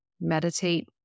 meditate